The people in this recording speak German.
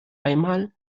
einmal